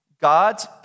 God's